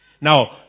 Now